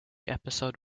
episode